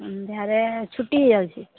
ସନ୍ଧ୍ୟାରେ ଛୁଟି ହୋଇଯାଉଛି